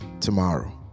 tomorrow